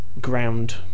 ground